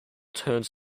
turns